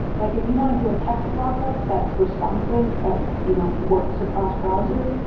like if you want to do a text lockup that's responsive that you know works across browsers,